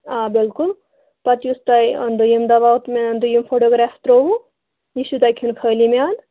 آ بِلکُل پتہٕ یُس تۅہہِ دوٚیِم دواہ مےٚ دوٚیِم فوٹوٗگرٛاف ترٛووٕ یہِ چھُو تۅہہِ کھٮ۪ون خٲلی معیادٕ